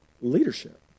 leadership